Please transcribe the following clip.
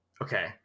okay